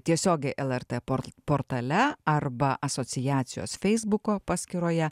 tiesiogiai lrt portl portale arba asociacijos feisbuko paskyroje